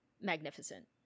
magnificent